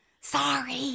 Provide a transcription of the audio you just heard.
sorry